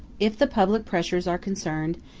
if the public pleasures are concerned,